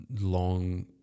long